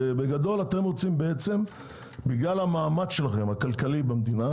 בגדול אתם רוצים בגלל המעמד הכלכלי שלכם במדינה